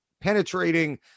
penetrating